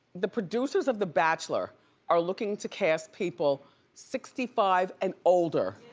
the producers of the bachelor are looking to cast people sixty five and older.